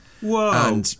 Whoa